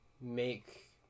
make